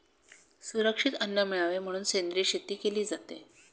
सुरक्षित अन्न मिळावे म्हणून सेंद्रिय शेती केली जाते